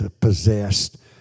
possessed